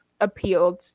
appealed